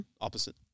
Opposite